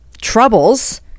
troubles